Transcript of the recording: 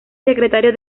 secretario